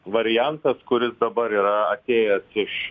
variantas kuris dabar yra atėjęs iš